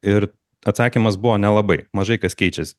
ir atsakymas buvo nelabai mažai kas keičiasi